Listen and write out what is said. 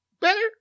Better